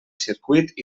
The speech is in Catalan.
circuit